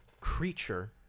creature